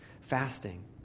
Fasting